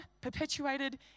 perpetuated